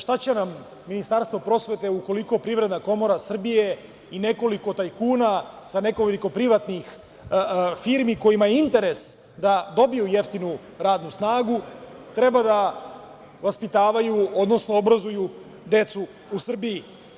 Šta će nam Ministarstvo prosvete ukoliko Privredna komora Srbije i nekoliko tajkuna sa nekoliko privatnih firmi, kojima je interes da dobiju jeftinu radnu snagu, treba da vaspitavaju, odnosno obrazuju decu u Srbiji?